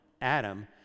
Adam